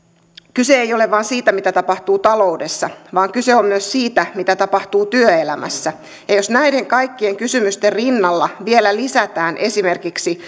kyse ei ole vain siitä mitä tapahtuu taloudessa vaan kyse on myös siitä mitä tapahtuu työelämässä jos näiden kaikkien kysymysten rinnalle vielä lisätään esimerkiksi